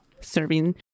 serving